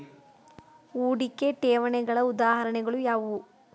ಹೂಡಿಕೆ ಠೇವಣಿಗಳ ಉದಾಹರಣೆಗಳು ಯಾವುವು?